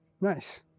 Nice